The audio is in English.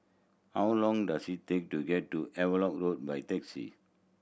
how long does it take to get to Havelock Road by taxi